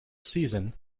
season